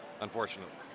unfortunately